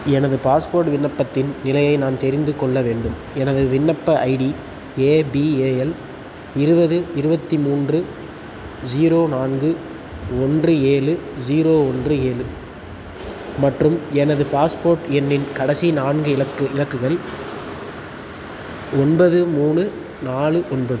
எனது பாஸ்போர்ட் விண்ணப்பத்தின் நிலையை நான் தெரிந்து கொள்ள வேண்டும் எனது விண்ணப்ப ஐடி ஏபிஏஎல் இருபது இருபத்தி மூன்று ஜீரோ நான்கு ஒன்று ஏழு ஜீரோ ஒன்று ஏழு மற்றும் எனது பாஸ்போர்ட் எண்ணின் கடைசி நான்கு இலக்கு இலக்கங்கள் ஒன்பது மூணு நாலு ஒன்பது